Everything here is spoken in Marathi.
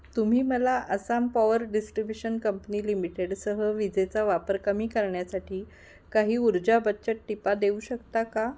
तुम्ही मला आसाम पॉवर डिस्ट्रीब्युशन कंपनी लिमिटेडसह विजेचा वापर कमी करण्यासाठी काही ऊर्जा बचत टिपा देऊ शकता का